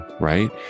right